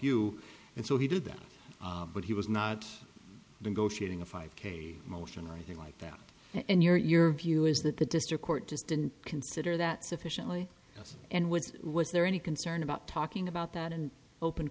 you and so he did that but he was not negotiating a five k motion or anything like that and your view is that the district court just didn't consider that sufficiently and what was there any concern about talking about that in open